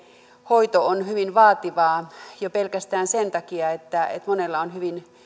hoito on hyvin vaativaa jo pelkästään sen takia että että monella on hyvin